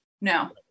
No